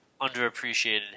underappreciated